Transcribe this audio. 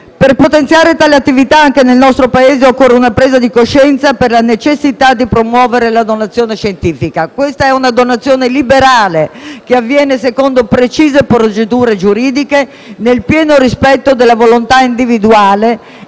Per potenziare tale attività anche nel nostro Paese, occorre una presa di coscienza circa la necessità di promuovere la donazione scientifica. Questa è una donazione liberale, che avviene secondo precise procedure giuridiche, nel pieno rispetto della volontà individuale,